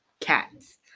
cats